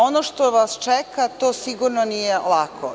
Ono što vas čeka to sigurno nije lako.